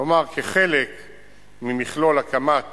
כלומר, כחלק ממכלול הקמת